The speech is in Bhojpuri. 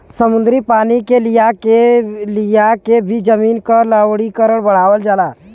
समुद्री पानी के लियाके भी जमीन क लवणीकरण बढ़ावल जाला